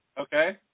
Okay